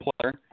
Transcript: player